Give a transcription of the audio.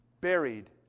buried